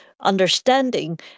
understanding